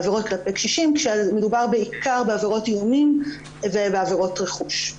כשמדובר בעיקר בעבירות איומים ובעבירות רכוש.